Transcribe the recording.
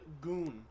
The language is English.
goon